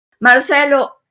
Marcelo